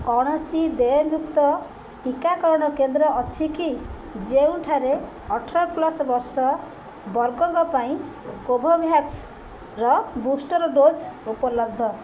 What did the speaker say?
କୌଣସି ଦେୟମୁକ୍ତ ଟିକାକରଣ କେନ୍ଦ୍ର ଅଛି କି ଯେଉଁଠାରେ ଅଠର ପ୍ଲସ୍ ବର୍ଷ ବର୍ଗଙ୍କ ପାଇଁ କୋଭୋଭ୍ୟାକ୍ସର ବୁଷ୍ଟର୍ ଡୋଜ୍ ଉପଲବ୍ଧ